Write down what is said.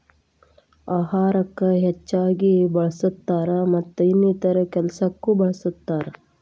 ಅಹಾರಕ್ಕ ಹೆಚ್ಚಾಗಿ ಬಳ್ಸತಾರ ಮತ್ತ ಇನ್ನಿತರೆ ಕೆಲಸಕ್ಕು ಬಳ್ಸತಾರ